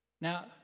now